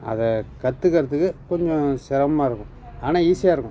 அதை கத்துக்கிறதுக்கு கொஞ்சம் சிரமமாக இருக்கும் ஆனால் ஈஸியாக இருக்கும்